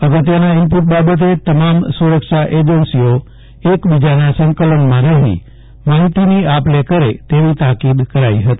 અગત્યના ઇનપુટ બાબતે તમામ સુરક્ષા એજન્સીઓ એકબીજાના સંકલનમાં રહી માહીતીની આપ લે કરે તેવી તાકીદ કરાઇ હતી